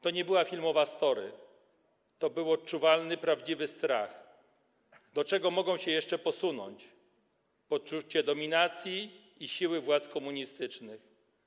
To nie była filmowa story, to był odczuwalny, prawdziwy strach przed tym, do czego mogą się jeszcze posunąć, poczucie dominacji i siły władz komunistycznych.